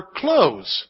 clothes